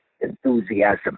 enthusiasm